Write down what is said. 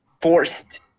forced